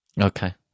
Okay